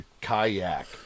kayak